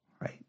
right